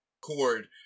cord